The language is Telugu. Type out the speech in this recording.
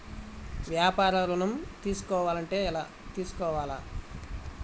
వ్యాపార ఋణం తీసుకోవాలంటే ఎలా తీసుకోవాలా?